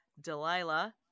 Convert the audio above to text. Delilah